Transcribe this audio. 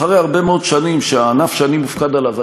אחרי הרבה מאוד שנים שבהן הענף שאני מופקד עליו,